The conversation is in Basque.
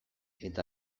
eta